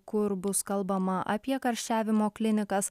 kur bus kalbama apie karščiavimo klinikas